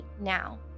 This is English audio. now